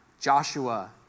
Joshua